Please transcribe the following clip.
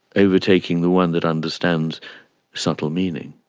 overtaking the one that understand subtle meaning.